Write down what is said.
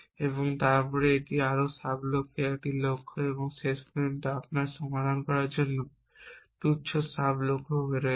এবং তারপর এটি আরও সাব লক্ষ্যে একটি লক্ষ্য এবং শেষ পর্যন্ত আপনার সমাধান করার জন্য তুচ্ছ সাব লক্ষ্য রয়েছে